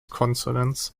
consonants